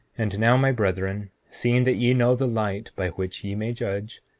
and now, my brethren, seeing that ye know the light by which ye may judge,